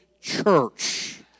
church